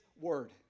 word